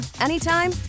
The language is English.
anytime